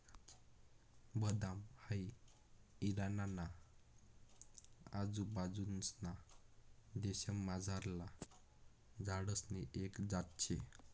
बदाम हाई इराणा ना आजूबाजूंसना देशमझारला झाडसनी एक जात शे